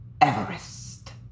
Everest